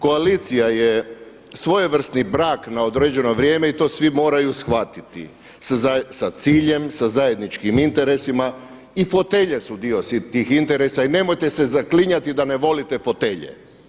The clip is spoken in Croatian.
Koalicija je svojevrsni brak na određeno vrijeme i to svi moraju shvatiti sa ciljem, sa zajedničkim interesima i fotelje su dio tih interesa i nemojte se zaklinjati da ne volite fotelje.